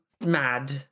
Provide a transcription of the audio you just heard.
mad